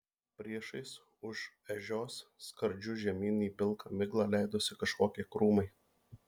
priešais už ežios skardžiu žemyn į pilką miglą leidosi kažkokie krūmai